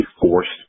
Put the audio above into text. forced